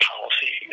Policy